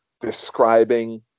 describing